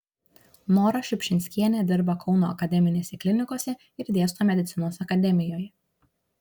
nora šiupšinskienė dirba kauno akademinėse klinikose ir dėsto medicinos akademijoje